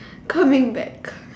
call me back